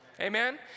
Amen